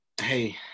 Hey